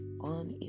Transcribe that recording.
on